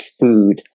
food